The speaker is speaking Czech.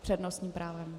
S přednostním právem.